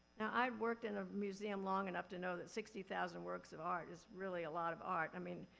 now i've worked in a museum long enough to know that sixty thousand works of art is really a lot of art. i mean,